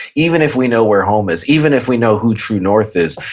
even if we know where home is, even if we know who true north is.